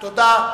תודה.